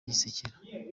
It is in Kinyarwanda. yisekera